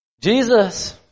Jesus